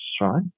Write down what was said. right